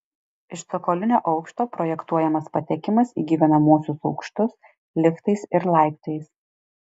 iš cokolinio aukšto projektuojamas patekimas į gyvenamuosius aukštus liftais ir laiptais